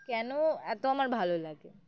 কেন এত আমার ভালো লাগে